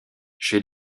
chez